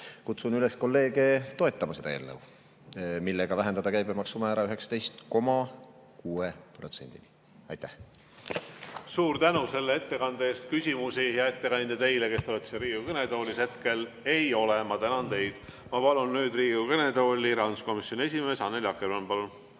Kutsun üles kolleege toetama seda eelnõu, millega vähendada käibemaksumäära 19,6%‑ni. Aitäh! Suur tänu selle ettekande eest! Küsimusi, hea ettekandja, teile, kes te olete seal Riigikogu kõnetoolis, hetkel ei ole. Ma tänan teid! Ma palun nüüd Riigikogu kõnetooli rahanduskomisjoni esimehe Annely Akkermanni. Palun!